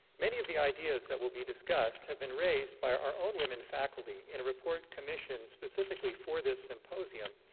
many of the ideas that will be discussed have been raised by our our own women faculty in a report commissioned specifically for this symposium,